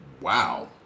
Wow